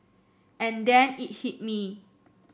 and then it hit me